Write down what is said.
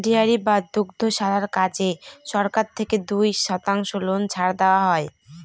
dairy বা দুগ্ধশালার কাজে সরকার থেকে দুই শতাংশ লোন ছাড় দেওয়া হয়